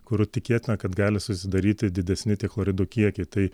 kur tikėtina kad gali susidaryti didesni tie chloridų kiekiai tai